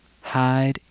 Hide